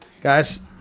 Guys